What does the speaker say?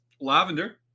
Lavender